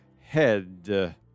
head